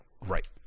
Right